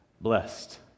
blessed